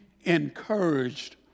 encouraged